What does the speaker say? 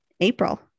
April